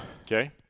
Okay